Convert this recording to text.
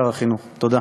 תודה